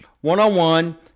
one-on-one